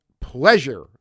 pleasure